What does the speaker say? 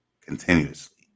continuously